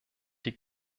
die